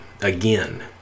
Again